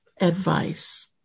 advice